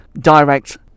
direct